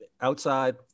Outside